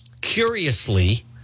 curiously